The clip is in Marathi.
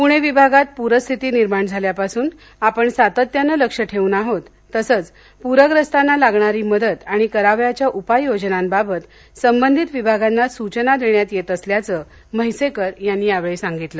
प्णे विभागात प्रस्थिती निर्माण झाल्यापासून आपण सातत्याने लक्ष ठेवून आहोत तसंच प्रग्रस्तांना लागणारी मदत आणि करावयाच्या उपाय योजनाबाबत संबंधित विभागांना सूचना देण्यात येत असल्याचं म्हैसेकर यांनी यावेळी सांगितलं